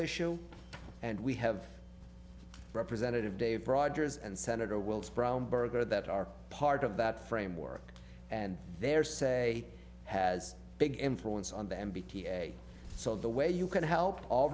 issue and we have representative dave broad years and senator willis brown berger that are part of that framework and their say has big influence on them bta so the way you can help all